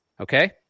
okay